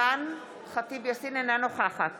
אינה נוכחת